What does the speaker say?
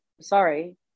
sorry